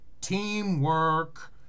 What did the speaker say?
teamwork